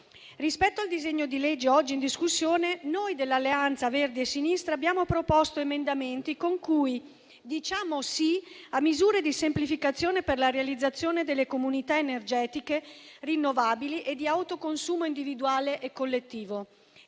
Rispetto al disegno di legge oggi in discussione, noi dell'Alleanza Verdi e Sinistra abbiamo proposto emendamenti con cui diciamo "sì" a misure di semplificazione per la realizzazione delle comunità energetiche rinnovabili e di autoconsumo individuale e collettivo;